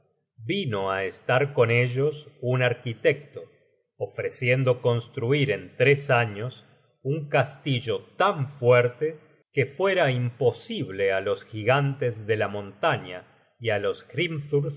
vino á estar con ellos un arquitecto ofreciendo construir en tres años un castillo tan fuerte que fuera imposible á los gigantes de la montaña y á los